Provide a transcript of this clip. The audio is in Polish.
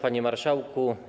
Panie Marszałku!